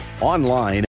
Online